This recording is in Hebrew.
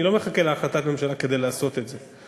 אני לא מחכה להחלטת ממשלה כדי לעשות את זה.